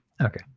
Okay